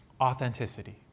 Authenticity